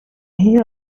here